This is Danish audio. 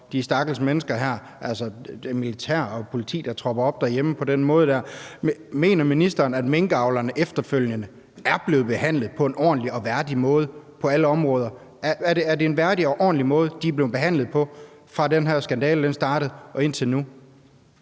de stakkels mennesker har været udsat for, altså at militær og politi tropper op i ens hjem på den måde, mener ministeren så, at minkavlerne efterfølgende er blevet behandlet på en ordentlig og værdig måde på alle områder? Er det en værdig og ordentlig måde, de er blevet behandlet på, fra den her skandale startede og indtil nu?